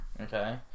okay